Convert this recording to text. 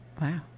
Wow